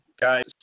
guys